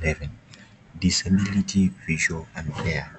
eleven disemility be sure and fare .